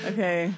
Okay